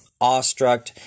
awestruck